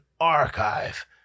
archive